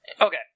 Okay